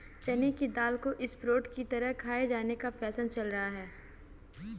चने की दाल को स्प्रोउट की तरह खाये जाने का फैशन चल रहा है